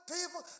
People